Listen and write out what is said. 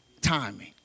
timing